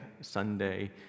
Sunday